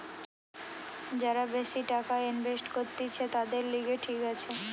যারা বেশি টাকা ইনভেস্ট করতিছে, তাদের লিগে ঠিক আছে